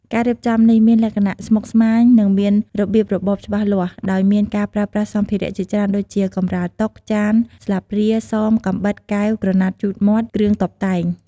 ការរៀបចំនេះមានលក្ខណៈស្មុគស្មាញ និងមានរបៀបរបបច្បាស់លាស់ ដោយមានការប្រើប្រាស់សម្ភារៈជាច្រើនដូចជា កម្រាលតុ ចាន ស្លាបព្រា សម កាំបិត កែវ ក្រណាត់ជូតមាត់ គ្រឿងតុបតែង។